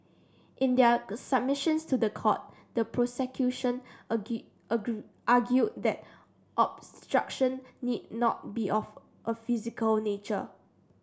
in their submissions to the court the prosecution argued that obstruction need not be of a physical nature